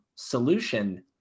solution